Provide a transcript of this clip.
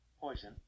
Poison